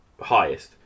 highest